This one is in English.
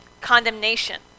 condemnation